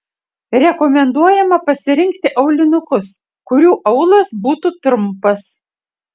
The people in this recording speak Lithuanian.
rekomenduojama pasirinkti aulinukus kurių aulas būtų trumpas